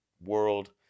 world